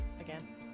again